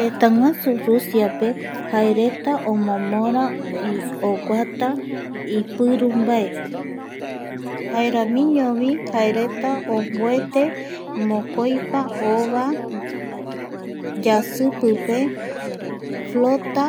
Tëtäguasu Rusiape jaereta omomora oguata ipiru mbae jaeramiñovi jaereta omboete mokoipa ova yasipipe flota